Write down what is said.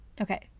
Okay